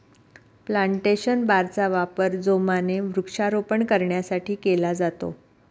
plantation बारचा वापर जोमाने वृक्षारोपण करण्यासाठी केला जातो